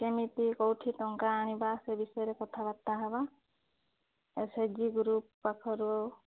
କେମିତି କେଉଁଠି ଟଙ୍କା ଆଣିବା ସେ ବିଷୟରେ କଥବାର୍ତ୍ତା ହେବା ଏସ୍ ଏଚ୍ ଜି ଗ୍ରୁପ୍ ପାଖରୁ